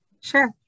Sure